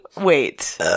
wait